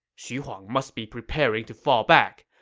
xu huang must be preparing to fall back.